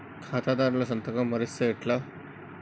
ఖాతాదారుల సంతకం మరిస్తే ఎట్లా?